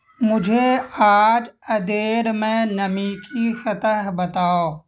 مجھے آج ادیر میں نمی کی سطح بتاؤ